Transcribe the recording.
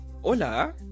Hola